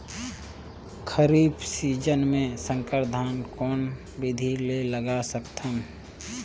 खरीफ season मे संकर धान कोन विधि ले लगा सकथन?